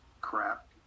crap